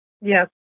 Yes